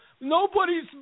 nobody's